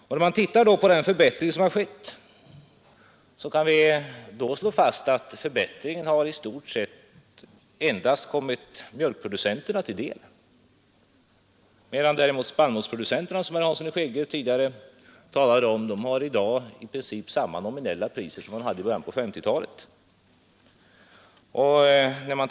Om vi sedan ser på den förbättring som har skett, så kan vi slå fast att förbättringen i stort sett har kommit endast mjölkproducenterna till del, medan däremot spannmålsproducenterna — som herr Hansson i Skegrie tidigare talade om — i dag har i princip samma nominella priser som i början av 1950-talet.